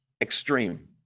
extreme